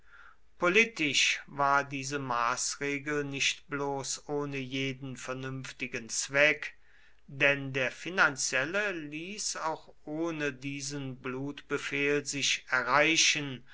politisch war diese maßregel nicht bloß ohne jeden vernünftigen zweck denn der finanzielle ließ auch ohne diesen blutbefehl sich erreichen